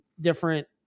different